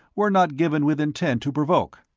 were not given with intent to provoke.